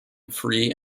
free